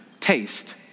taste